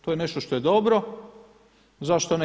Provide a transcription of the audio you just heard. To je nešto što je dobro, zašto ne?